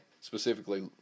specifically